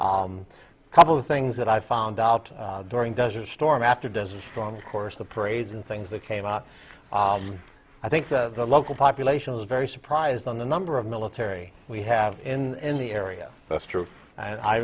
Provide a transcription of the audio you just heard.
h couple of things that i found out during desert storm after desert storm of course the parades and things that came out i think the local population was very surprised on the number of military we have in the area that's true and i